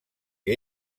que